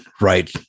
right